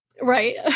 right